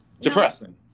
depressing